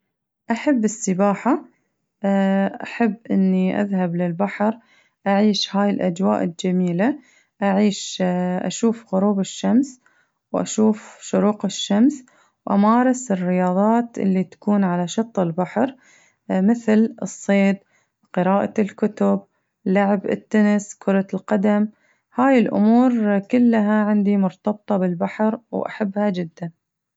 أحب السباحة أحب إني أذهب للبحر أعيش هاي الأجواء الجميلة أعيش أشوف غروب الشمس وأشوف شروق الشمس وأمارس الرياضات اللي تكون على شط البحر مثل الصيد، قراءة الكتب، لعب التنس، كرة القدم، هاي الأمور كلها عندي مرتبطة بالبحر وأحبها جداً.